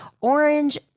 orange